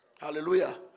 Hallelujah